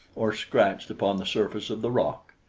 or scratched upon the surface of the rock.